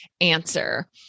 answer